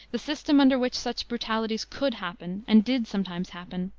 the system under which such brutalities could happen, and did sometimes happen,